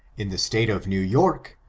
in the state of new york,